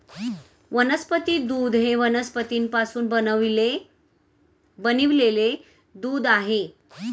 वनस्पती दूध हे वनस्पतींपासून बनविलेले दूध आहे